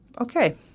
okay